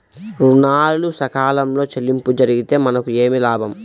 ఋణాలు సకాలంలో చెల్లింపు జరిగితే మనకు ఏమి లాభం?